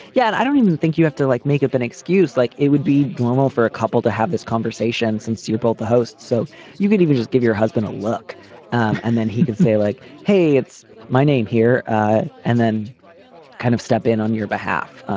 yeah i don't even think you have to like make up an excuse like it would be normal for a couple to have this conversation since you're both the hosts so you can even just give your husband a look and then he could say like hey it's my name here ah and then kind of step in on your behalf. ah